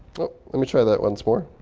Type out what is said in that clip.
let me try that once more.